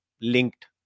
linked